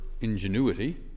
ingenuity